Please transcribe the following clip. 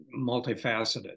multifaceted